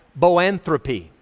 boanthropy